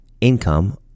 income